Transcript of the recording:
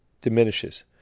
diminishes